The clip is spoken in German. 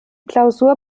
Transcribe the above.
klausur